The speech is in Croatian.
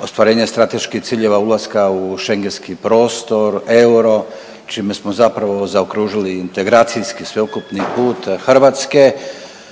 ostvarenje strateških ciljeva ulaska u Schengenski prostor, euro čime smo zapravo zaokružili integracijski sveukupni put Hrvatske.